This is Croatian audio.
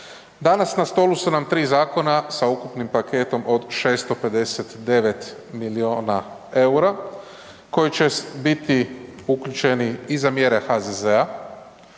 Danas na stolu su nam tri zakona sa ukupnim paketom od 659 milijuna eura koji će biti uključeni i za mjere HZZ-a,